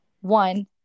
one